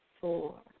four